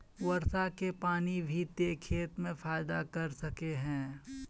वर्षा के पानी भी ते खेत में फायदा कर सके है?